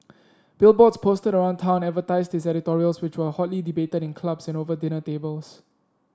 billboards posted around town advertised his editorials which were hotly debated in clubs and over dinner tables